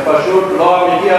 זה פשוט לא אמיתי,